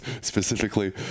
specifically